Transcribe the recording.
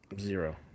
zero